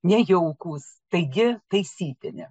nejaukūs taigi taisytini